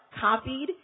copied